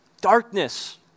Darkness